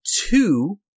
two